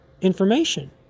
information